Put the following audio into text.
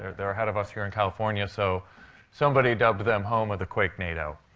they're ahead of us here in california. so somebody dubbed them home of the quakenado.